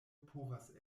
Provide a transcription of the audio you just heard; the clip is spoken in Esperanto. povas